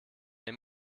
ihm